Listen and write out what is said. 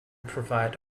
provide